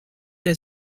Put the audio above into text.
der